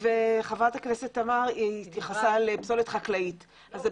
חברת הכנסת תמר זנדברג התייחסה לפסולת חקלאית.